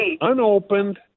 unopened